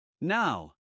Now